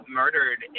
murdered